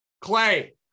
Clay